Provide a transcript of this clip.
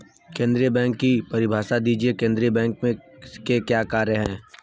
केंद्रीय बैंक की परिभाषा दीजिए केंद्रीय बैंक के क्या कार्य हैं?